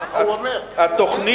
סל הבריאות, כפי